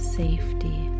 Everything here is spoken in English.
safety